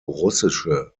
russische